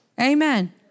Amen